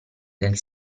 nel